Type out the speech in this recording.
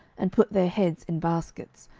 and put their heads in baskets,